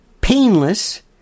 painless